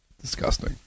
Disgusting